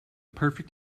perfect